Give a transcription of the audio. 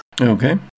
Okay